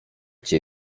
cię